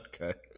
Okay